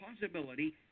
possibility